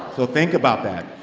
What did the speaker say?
so think about that.